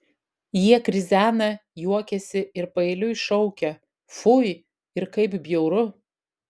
jie krizena juokiasi ir paeiliui šaukia fui ir kaip bjauru